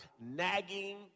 nagging